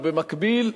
או במקביל,